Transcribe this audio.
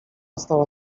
stała